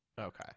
Okay